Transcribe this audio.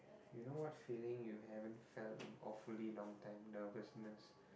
you know what feeling you haven't felt in awfully long time nervousness